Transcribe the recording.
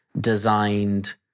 designed